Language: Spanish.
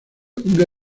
una